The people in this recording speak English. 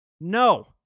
No